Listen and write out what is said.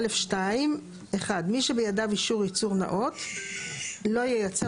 "(א2) (1) מי שידיו אישור ייצור נאות לא ייצר